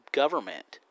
government